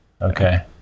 Okay